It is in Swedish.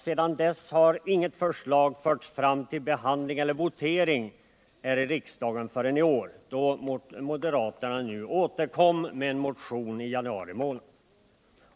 Sedan dess har inget förslag förts fram till behandling eller votering i riksdagen förrän i år, då moderaterna återkom med en motion i januari.